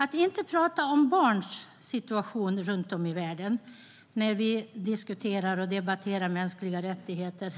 Att inte prata om barns situation runt om i världen när vi debatterar mänskliga rättigheter